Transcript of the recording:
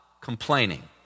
complaining